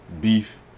Beef